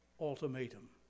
ultimatum